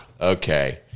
Okay